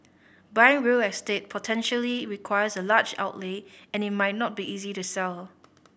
buying real estate potentially requires a large outlay and it might not be easy to sell